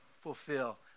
fulfill